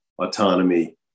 autonomy